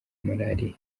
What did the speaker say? malariya